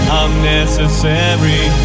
unnecessary